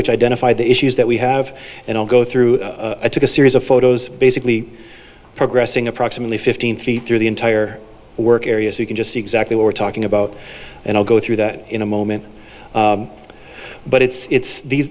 which identified the issues that we have and i'll go through a took a series of photos basically progressing approximately fifteen feet through the entire work area so you can just see exactly what we're talking about and i'll go through that in a moment but it's these these